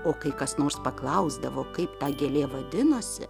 o kai kas nors paklausdavo kaip ta gėlė vadinosi